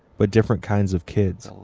but different kinds of kids.